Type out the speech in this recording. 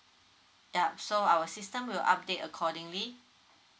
ya so our system will update accordingly